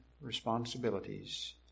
responsibilities